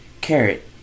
Carrot